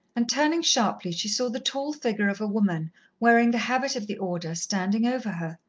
and turning sharply, she saw the tall figure of a woman wearing the habit of the order, standing over her.